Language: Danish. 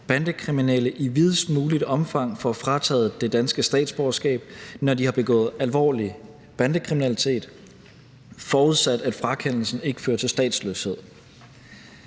bandekriminelle i videst muligt omfang får frataget det danske statsborgerskab, når de har begået alvorlig bandekriminalitet, forudsat at frakendelsen ikke fører til statsløshed.